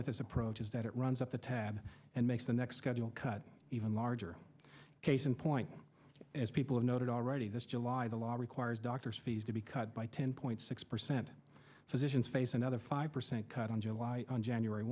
with this approach is that it runs up the tab and makes the next scheduled cut even larger case in point as people have noted already this july the law requires doctors fees to be cut by ten point six percent physicians face another five percent cut on july and january